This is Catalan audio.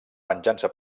venjança